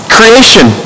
Creation